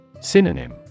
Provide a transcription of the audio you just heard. Synonym